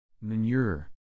Manure